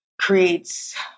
creates